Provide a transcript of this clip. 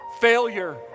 Failure